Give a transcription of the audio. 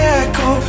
echo